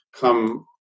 come